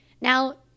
Now